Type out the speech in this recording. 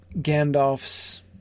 Gandalf's